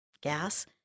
gas